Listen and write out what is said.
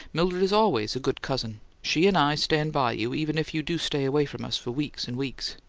mildred is always a good cousin. she and i stand by you, even if you do stay away from us for weeks and weeks.